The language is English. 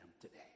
today